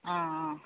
ஆ ஆ